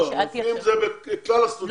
אלפים זה בכלל הסטודנטים.